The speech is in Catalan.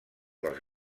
dels